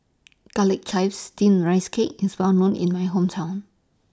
Garlic Chives Steamed Rice Cake IS Well known in My Hometown